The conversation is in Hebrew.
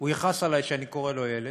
הוא יכעס עלי שאני קורא לו ילד,